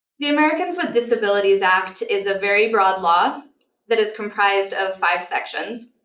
the americans with disabilities act is a very broad law that is comprised of five sections.